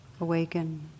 awaken